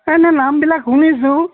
এনেই নামবিলাক শুনিছোঁ